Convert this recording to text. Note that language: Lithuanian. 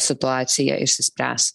situacija išsispręs